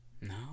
No